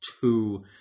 two